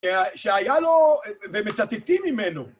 שהיה לו, ומצטטים ממנו.